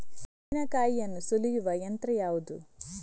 ತೆಂಗಿನಕಾಯಿಯನ್ನು ಸುಲಿಯುವ ಯಂತ್ರ ಯಾವುದು?